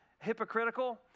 Hypocritical